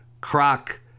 croc